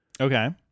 Okay